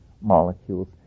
molecules